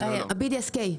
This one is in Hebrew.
ה-BDSK .